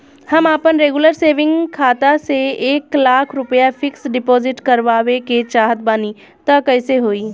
हम आपन regular saving खाता से एक लाख रुपया फिक्स डिपॉज़िट करवावे के चाहत बानी त कैसे होई?